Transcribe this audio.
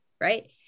right